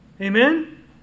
Amen